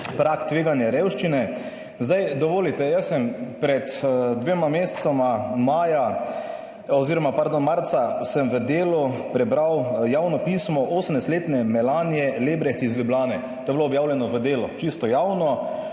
prag tveganja revščine. Dovolite, jaz sem pred dvema mesecema, maja oziroma, pardon, marca sem v Delu prebral javno pismo /nerazumljivo/ letne Melanie Lebreht iz Ljubljane. To je bilo objavljeno v Delu čisto javno.